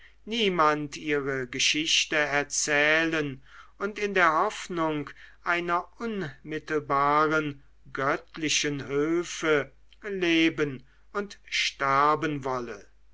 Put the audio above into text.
niemand ihre geschichte erzählen und in der hoffnung einer unmittelbaren göttlichen hülfe leben und sterben wolle